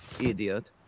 Idiot